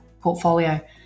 portfolio